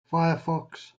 firefox